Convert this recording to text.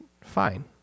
fine